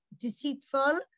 deceitful